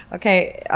okay,